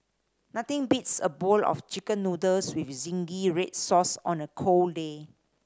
nothing beats a bowl of Chicken Noodles with zingy red sauce on a cold day